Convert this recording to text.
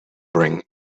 bring